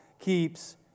keeps